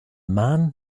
man